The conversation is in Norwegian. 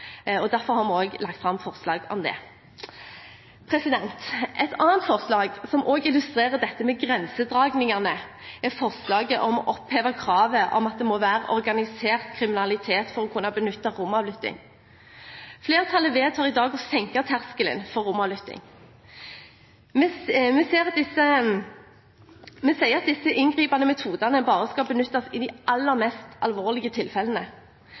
og derfor har vi også lagt fram forslag om det. Et annet forslag som også illustrerer dette med grensedragningene, er forslaget om å oppheve kravet om at det må være organisert kriminalitet for å kunne benytte romavlytting. Flertallet vedtar i dag å senke terskelen for romavlytting. Vi sier at disse inngripende metodene bare skal benyttes i de aller mest alvorlige tilfellene.